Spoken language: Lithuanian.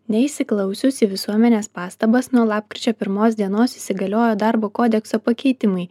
neįsiklausius į visuomenės pastabas nuo lapkričio pirmos dienos įsigaliojo darbo kodekso pakeitimai